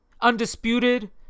undisputed